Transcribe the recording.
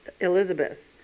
Elizabeth